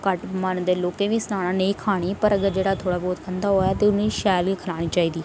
घट्ट मनदे लोकें गी बी सनाना कि नेईं खानी जेहड़ा थोह्ड़ा बहुत खंदा होग इन्नी शैल चीज खानी चाहिदी